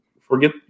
forget